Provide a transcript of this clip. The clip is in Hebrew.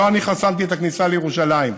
לא אני חסמתי את הכניסה לירושלים,